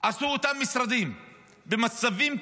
עשו אותם המשרדים במצבים קשים?